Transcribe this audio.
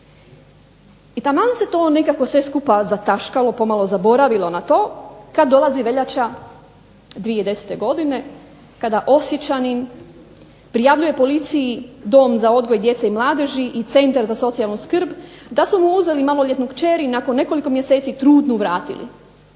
I taman se to nekako sve skupa zataškalo, pomalo zaboravilo na to, kada dolazi veljača 2010. godine kada osječanin prijavljuje policiji Dom za odgoj djece i mladeži i centar za socijalnu skrb da su mu uzeli maloljetnu kćer i nakon nekoliko mjeseci trudnu vratili.